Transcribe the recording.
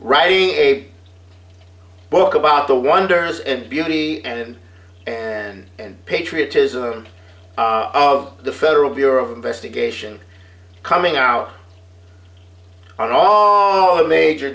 writing a book about the wonders and beauty and and and patriotism of the federal bureau of investigation coming out on all the major